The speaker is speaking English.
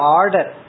order